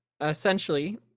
essentially